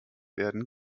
werden